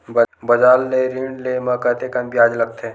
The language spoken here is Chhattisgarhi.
बजार ले ऋण ले म कतेकन ब्याज लगथे?